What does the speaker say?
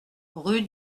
rue